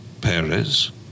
Perez